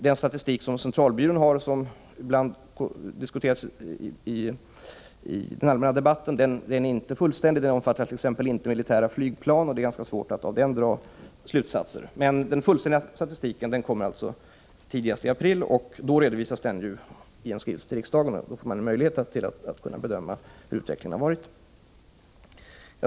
Den statistik som centralbyrån har och som ibland diskuteras i den allmänna debatten är inte fullständig — den omfattar t.ex. inte militära flygplan — och det är ganska svårt att av den dra slutsatser. Men den fullständiga statistiken kommer alltså tidigast i april, som då redovisas för riksdagen, varpå man får möjlighet att bedöma hur utvecklingen har varit.